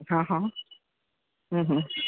હાં હાં હમ હમ